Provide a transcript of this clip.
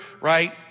right